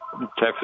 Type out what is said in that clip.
Texas